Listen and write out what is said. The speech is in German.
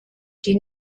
die